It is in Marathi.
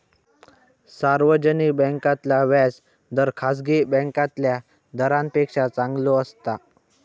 सार्वजनिक बॅन्कांतला व्याज दर खासगी बॅन्कातल्या दरांपेक्षा चांगलो असता